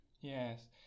Yes